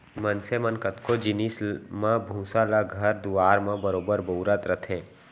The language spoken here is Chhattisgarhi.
मनसे मन कतको जिनिस म भूसा ल घर दुआर म बरोबर बउरत रथें